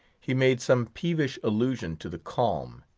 he made some peevish allusion to the calm,